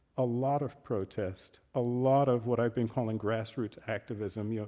a lot of protest, a lot of what i've been calling grassroots activism. yeah